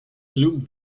loop